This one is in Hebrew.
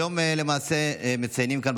היום למעשה מציינים כאן,